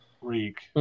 Reek